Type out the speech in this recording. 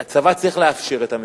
הצבא צריך לאפשר את המסיק,